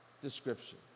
description